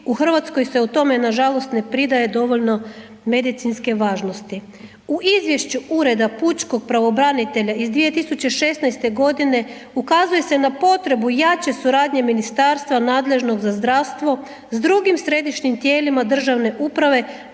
u Hrvatskoj se tome nažalost ne pridaje dovoljno medicinske važnosti. U izvješću Ureda pučkog pravobranitelja iz 2016. godine ukazuje se na potrebu jače suradnje ministarstva nadležnog za zdravstvo s drugim središnjim tijelima državne uprave